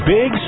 Big